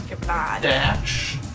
dash